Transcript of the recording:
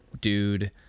dude